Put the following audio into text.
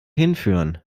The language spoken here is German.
hinführen